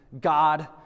God